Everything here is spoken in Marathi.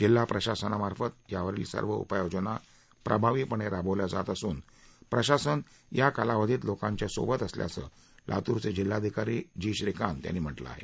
जिल्हा प्रशासनामार्फत यावरील सर्व उपाययोजना प्रभावीपणे राबवल्या जात असून प्रशासन या कालावधीत लोकांच्या सोबत असल्याचं लातूरचे जिल्हाधिकारी जी श्रीकांत यांनी म्हटल आहे